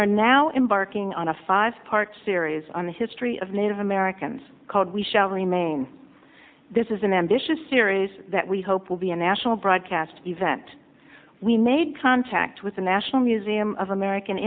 are now embarking on a five part series on the history of native americans called we shall remain this is an ambitious series that we hope will be a national broadcast event we made contact with the national museum of american